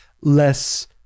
less